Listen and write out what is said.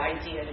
idea